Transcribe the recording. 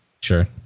sure